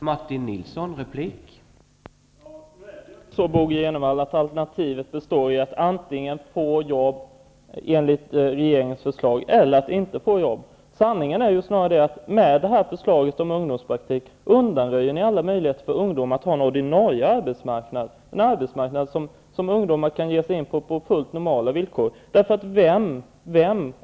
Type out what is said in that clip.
Herr talman! Nu är det inte så, Bo G. Jenevall, att alternativen är att antingen få jobb enligt regeringens förslag eller inte få jobb. Sanningen är den, att ni med förslaget om ungdomspraktik undanröjer ni alla möjligheter för ungdomar på den ordinarie arbetsmarknaden, som de på fullt normala villkor kan ge sig in på.